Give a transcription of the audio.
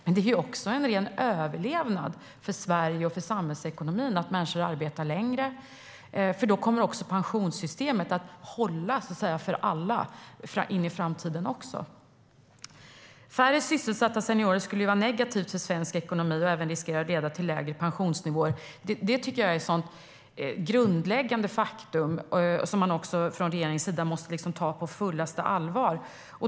Men det handlar också om en ren överlevnad för Sverige och för samhällsekonomin att människor arbetar längre. Då kommer också pensionssystemet att hålla för alla in i framtiden. Att färre sysselsatta seniorer skulle vara negativt för svensk ekonomi och även riskera att leda till lägre pensionsnivåer tycker jag är ett grundläggande faktum som man från regeringens sida måste ta på fullaste allvar.